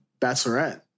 Bachelorette